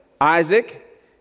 Isaac